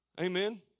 Amen